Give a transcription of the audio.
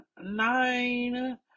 nine